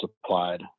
supplied